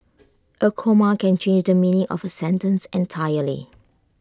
A comma can change the meaning of A sentence entirely